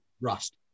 rust